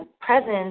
presence